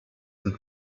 and